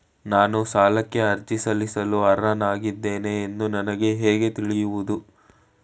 ನಾನು ಸಾಲಕ್ಕೆ ಅರ್ಜಿ ಸಲ್ಲಿಸಲು ಅರ್ಹನಾಗಿದ್ದೇನೆ ಎಂದು ನನಗೆ ಹೇಗೆ ತಿಳಿಯುವುದು?